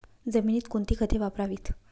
जमिनीत कोणती खते वापरावीत?